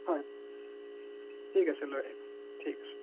হয় ঠিক আছে লৈ আহিব ঠিক আছে